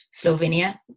Slovenia